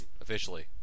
officially